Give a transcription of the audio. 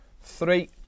three